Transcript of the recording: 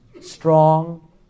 strong